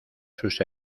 sus